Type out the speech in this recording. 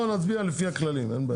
לא, נצביע לפי הכללים.